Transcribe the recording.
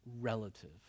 relative